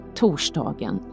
torsdagen